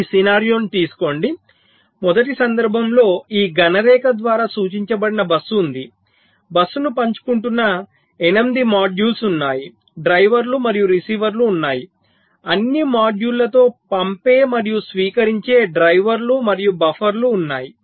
ఈ సినారియో ను తీసుకోండి మొదటి సందర్భంలో ఈ ఘన రేఖ ద్వారా సూచించబడిన బస్సు ఉంది బస్సును పంచుకుంటున్న 8 మాడ్యూల్స్ ఉన్నాయి డ్రైవర్లు మరియు రిసీవర్లు ఉన్నాయి అన్ని మాడ్యూళ్ళతో పంపే మరియు స్వీకరించే డ్రైవర్లు మరియు బఫర్లు ఉన్నాయి